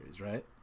Right